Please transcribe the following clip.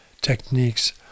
techniques